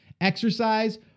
exercise